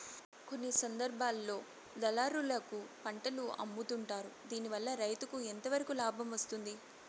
కొన్ని సందర్భాల్లో దళారులకు పంటలు అమ్ముతుంటారు దీనివల్ల రైతుకు ఎంతవరకు లాభం వస్తుంది?